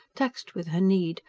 taxed with her need,